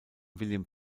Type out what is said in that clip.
william